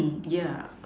yeah